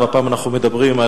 והפעם אנחנו מדברים על